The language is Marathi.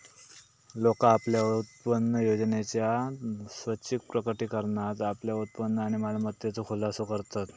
लोका आपल्या उत्पन्नयोजनेच्या स्वैच्छिक प्रकटीकरणात आपल्या उत्पन्न आणि मालमत्तेचो खुलासो करतत